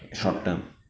ya